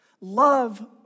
Love